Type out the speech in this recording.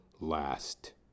last